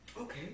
okay